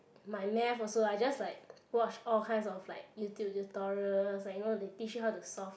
my math also I just like watch all kind of like YouTube tutorials like you know they teach you how to solve